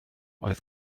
oedd